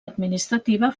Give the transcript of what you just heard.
administrativa